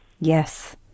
Yes